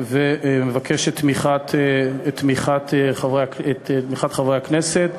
ומבקש את תמיכת חברי הכנסת,